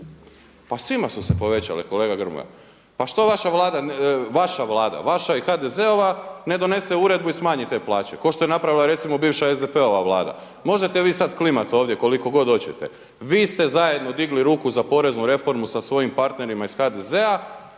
Pa svima su se povećali kolega Grmoja. Pa što vaša Vlada, vaša i HDZ-ova ne donese uredbu i smanji te plaće, kao što je napravila recimo bivša SDP-ova vlada. Možete vi sada klimati ovdje koliko god hoćete. Vi ste zajedno dignuli ruku za poreznu reformu sa svojim partnerima iz HDZ-a